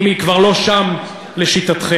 אם היא כבר לא שם, לשיטתכם.